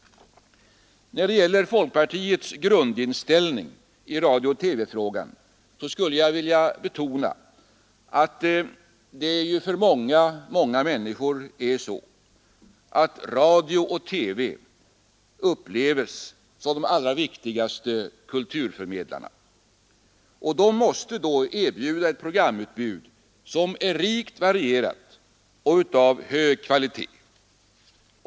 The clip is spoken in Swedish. När det gäller folkpartiets grundinställning i radio-TV-frågan vill jag betona att radio och TV av många, många människor upplevs som de allra viktigaste kulturförmedlarna, och därför måste radio och TV erbjuda ett programutbud som är rikt varierat och av hög kvalitet.